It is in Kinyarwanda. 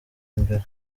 imbere